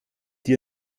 dir